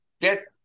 get